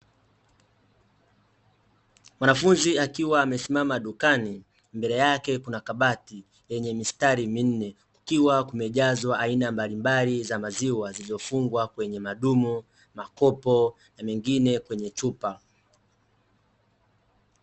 Mwanafunzi akiwa amesimama dukani, mbele yake kuna kabati yenye mistari minne, ikiwa kumejazwa aina mbalimbali za maziwa zilizofungwa kwenye madumu, makopo na mengine kwenye chupa.